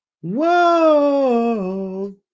whoa